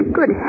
Good